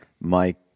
Mike